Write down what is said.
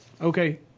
Okay